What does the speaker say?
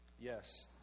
Yes